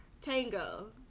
tango